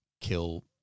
kill